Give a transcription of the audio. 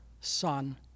Son